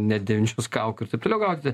nedėvinčius kaukių ir taip toliau gaudyti